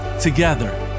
Together